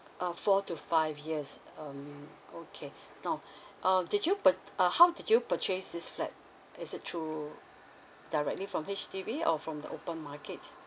uh four to five years um okay now uh did you pur~ uh how did you purchase this flat is it through directly from H_D_B or from the open market